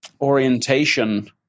orientation